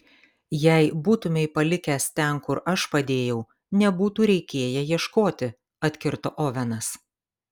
jei būtumei palikęs ten kur aš padėjau nebūtų reikėję ieškoti atkirto ovenas